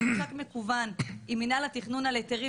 על ממשק מקוון עם מינהל התכנון על היתרים,